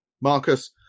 Marcus